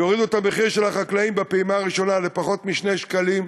יורידו את המחיר לחקלאים בפעימה הראשונה לפחות מ-2 שקלים.